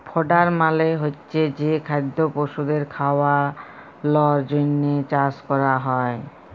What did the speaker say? fodder মালে হচ্ছে যে খাদ্য পশুদের খাওয়ালর জন্হে চাষ ক্যরা হ্যয়